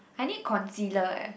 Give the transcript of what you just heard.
I need concealer eh